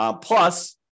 Plus